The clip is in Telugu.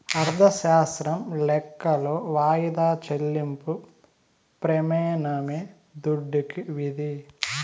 అర్ధశాస్త్రం లెక్కలో వాయిదా చెల్లింపు ప్రెమానమే దుడ్డుకి విధి